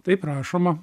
taip rašoma